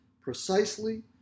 precisely